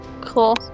Cool